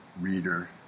reader